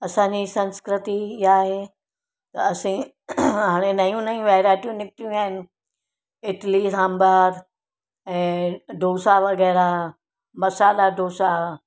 असांजी संस्कृति इहा आहे त असी हाणे नयूं नयूं वैरायटियूं निकितियूं आहिनि इटली सांभर ऐं डोसा वग़ैरह मसाला डोसा